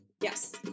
Yes